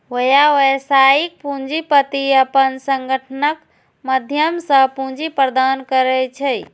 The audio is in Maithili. व्यावसायिक पूंजीपति अपन संगठनक माध्यम सं पूंजी प्रदान करै छै